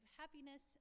happiness